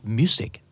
music